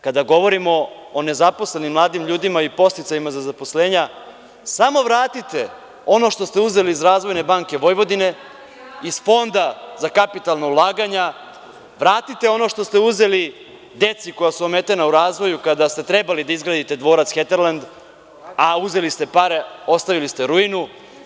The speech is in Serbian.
Kada govorimo o nezaposlenim mladim ljudima i podsticajima za zaposlenja, samo vratite ono što ste uzeli iz Razvojne banke Vojvodine, iz Fonda za kapitalna ulaganja, vratite ono što ste uzeli deci koja su ometena u razvoju kada ste trebali da izgradite dvorac Heterlend, a uzeli ste pare, ostavili ste rujinu.